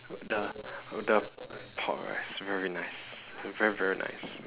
the the pork rice very nice very very nice